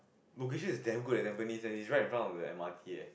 location is damn good at Tampines that it right in front of the M_R_T eh